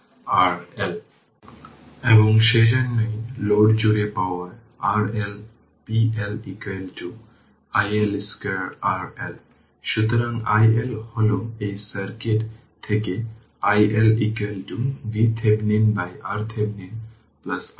এবং যদি সেই নোড এ অনুগ্রহ করে আবেদন করুন KCL এবং এটি সমাধান করুন Vx 2564 ভোল্ট পাবেন তাহলে VThevenin স্বয়ংক্রিয়ভাবে 3 Vx হয়ে যাবে যদি সমস্যাটি দেখুন